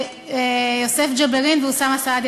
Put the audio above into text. יוסף ג'בארין ואוסאמה סעדי,